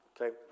okay